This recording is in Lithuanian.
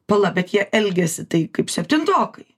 pala bet jie elgiasi taip kaip septintokai